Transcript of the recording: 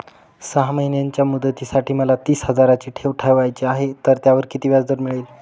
सहा महिन्यांच्या मुदतीसाठी मला तीस हजाराची ठेव ठेवायची आहे, तर त्यावर किती व्याजदर मिळेल?